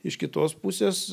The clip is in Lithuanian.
iš kitos pusės